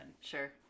Sure